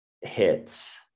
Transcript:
hits